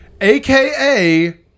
aka